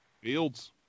Fields